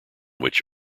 which